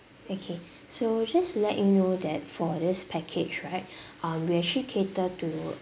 okay so just to let you know that for this package right um we actually cater to